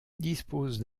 dispose